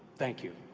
thank you.